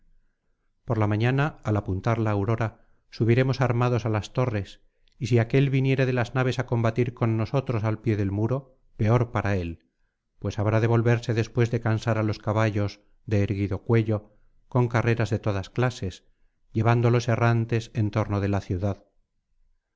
por la mañana al apuntar la aurora subiremos armados á las torres y si aquél viniere de las naves á combatir con nosotros al pie del muro peor para él pues habrá de volverse después de cansar á los caballos de erguido cuello con carreras de todas clases llevándolos errantes en torno de la ciudad